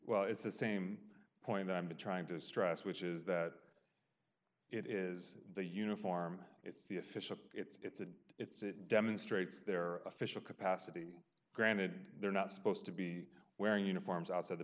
well it's the same point i'm trying to stress which is that it is the uniform it's the official it's it's it demonstrates their official capacity granted they're not supposed to be wearing uniforms outside the